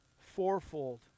fourfold